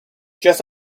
just